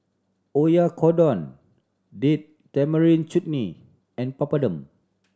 Oyakodon Date Tamarind Chutney and Papadum